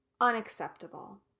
unacceptable